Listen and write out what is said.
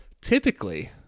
typically